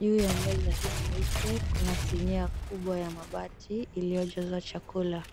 Juu ya meza hii nyeupe kuna sinia kubwa ya mabati iliyojazwa chakula,